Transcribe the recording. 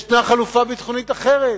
יש חלופה ביטחונית אחרת,